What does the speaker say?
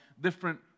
different